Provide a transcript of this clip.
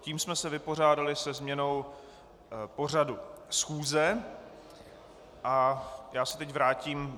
Tím jsme se vypořádali se změnou pořadu schůze a já se teď vrátím...